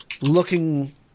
looking